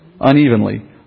unevenly